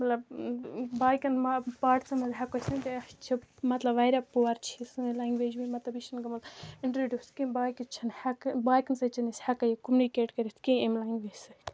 باقِین ما پاٹسن منٛز ہٮ۪کو اَسہِ ؤنِتھ اَسہِ چھِ مطلب واریاہ پُووَر چھِ یہِ سٲنۍ لینٛگویج وُِنہِ مطلب یہِ چھےٚ نہٕ گٲمٕژ اِنٹرڈیوٗس کیٚنٛہہ باقِین چھِنہٕ ہٮ۪کہٕ باقِین سٍتۍ چھِنہٕ أسی ہٮ۪کان کُمنِکیٚٹ کٔرِتھ کیٚنٛہہ اَمہِ لینٛگویج سٍتۍ